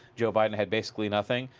joe biden had basically nothing.